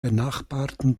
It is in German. benachbarten